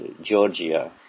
Georgia